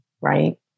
Right